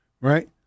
Right